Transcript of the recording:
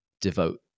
devote